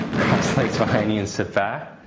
cross legs behind you and sit back.